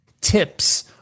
tips